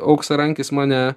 auksarankis mane